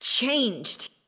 changed